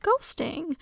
ghosting